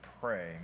pray